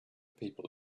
people